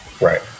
Right